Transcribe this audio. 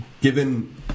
Given